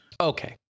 okay